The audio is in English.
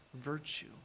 virtue